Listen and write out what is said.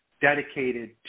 dedicated